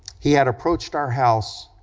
he had approached our house,